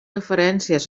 referències